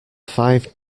five